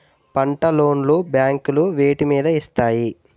పంట లోన్ లు బ్యాంకులు వేటి మీద ఇస్తాయి?